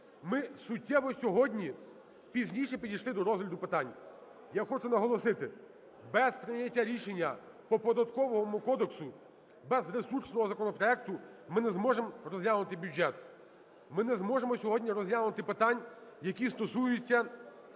Ми суттєво сьогодні пізніше підійшли до розгляду питань. Я хочу наголосити, без прийняття рішення по Податковому кодексу, без ресурсного законопроекту ми не зможемо розглянути бюджет, ми не зможемо сьогодні розглянути питань, які стосуються